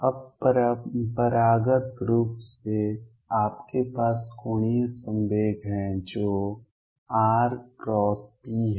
अब परम्परागत रूप से आपके पास कोणीय संवेग है जो rp है